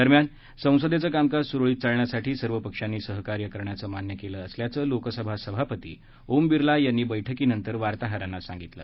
दरम्यान संसदेचं कामकाज सुरळित चालण्यासाठी सर्व पक्षांनी सहकार्य करण्याचं मान्य केलं असल्याचं लोकसभा सभापती ओम बिर्ला यांनी या बैठकीनंतर वार्ताहरांना सांगितलं